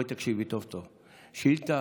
בואי תקשיבי טוב טוב: בשאילתה,